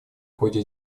ходе